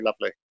lovely